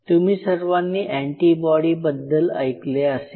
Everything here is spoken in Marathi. तुम्ही सर्वांनी एंटीबॉडीबद्दल ऐकले असेल